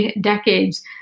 decades